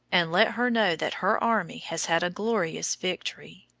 and let her know that her army has had a glorious victory.